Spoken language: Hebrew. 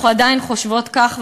אנחנו עדיין חושבות כך,